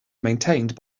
maintained